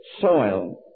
soil